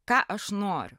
ką aš noriu